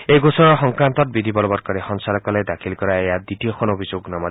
এই গোচৰৰ সংক্ৰান্তত বিধি বলৱৎকাৰী সঞ্চালকালয়ে দাখিল কৰা এয়া দ্বিতীয়খন অভিযোগনামা